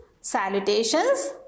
salutations